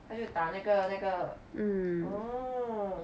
他就打那个那个 orh